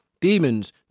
Demons